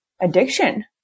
addiction